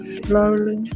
slowly